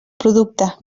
producte